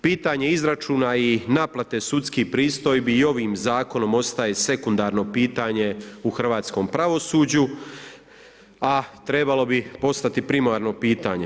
Pitanje izračuna i naplate sudskih pristojbi i ovim zakonom ostaje sekundarno pitanje u hrvatskom pravosuđu a trebalo bi postati primarno pitanje.